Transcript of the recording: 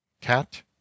cat